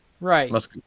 right